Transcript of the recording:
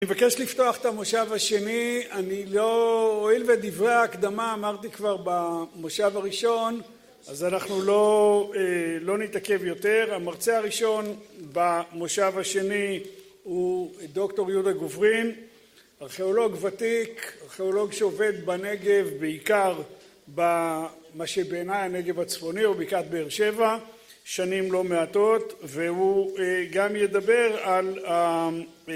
אני מבקש לפתוח את המושב השני. אני לא... הועיל ואת דברי ההקדמה אמרתי כבר במושב הראשון, אז אנחנו לא נתעכב יותר. המרצה הראשון במושב השני הוא דוקטור יהודה גוברין, ארכיאולוג ותיק, ארכיאולוג שעובד בנגב בעיקר במה שבעיניי הנגב הצפוני או בקעת באר שבע שנים לא מעטות, והוא גם ידבר על